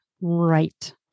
right